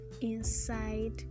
inside